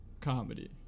comedy